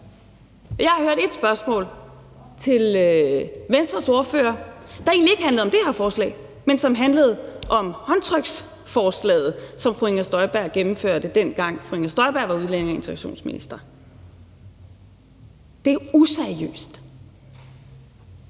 Jeg har hørt ét spørgsmål til Venstres ordfører, der egentlig ikke handlede om det her forslag, men som handlede om håndtryksforslaget, som fru Inger Støjberg gennemførte, dengang fru